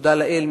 תודה לאל,